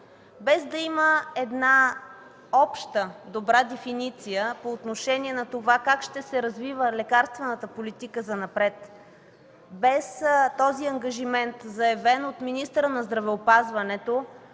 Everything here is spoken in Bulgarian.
Без да има една обща добра дефиниция по отношение на това как ще се развива лекарствената политика занапред, без този ангажимент, заявен от министъра на здравеопазването,